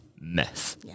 mess